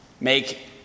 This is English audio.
make